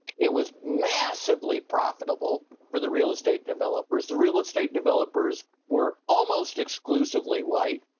it was massively profitable for the real estate developers. the real estate developers were almost exclusively white.